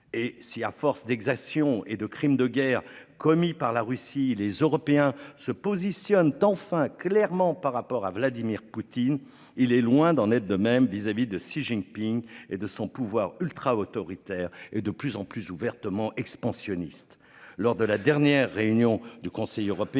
Et si à force d'exactions et de crimes de guerre commis par la Russie. Les Européens se positionne tu enfin clairement par rapport à Vladimir Poutine. Il est loin d'en être de même vis-à-vis de Xi Jinping et de son pouvoir ultra-autoritaire et de plus en plus ouvertement expansionnistes lors de la dernière réunion du Conseil européen.